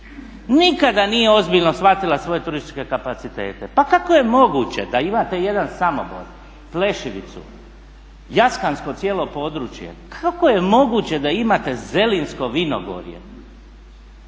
nikada nije ozbiljno shvatila svoje turističke kapacitete. Pa kako je moguće da imate jedan Samobor, Plešivicu, jaskansko cijelo područje, kako je moguće da imate zelinsko vinogorje